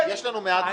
יש לנו מעט זמן.